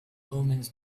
omens